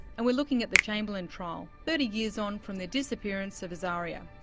and we're looking at the chamberlain trial, thirty years on from the disappearance of azaria,